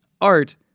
Art